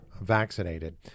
vaccinated